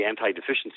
Anti-Deficiency